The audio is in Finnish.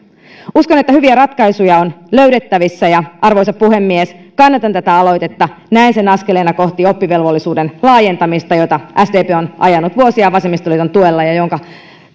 uskon että hyviä ratkaisuja on löydettävissä ja arvoisa puhemies kannatan tätä aloitetta näen sen askeleena kohti oppivelvollisuuden laajentamista jota sdp on ajanut vuosia vasemmistoliiton tuella ja jonka